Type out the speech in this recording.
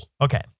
okay